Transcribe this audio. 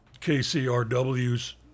KCRW's